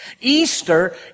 Easter